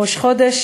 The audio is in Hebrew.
ראש חודש,